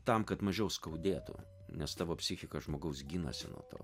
tam kad mažiau skaudėtų nes tavo psichika žmogaus ginasi nuo to